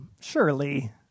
surely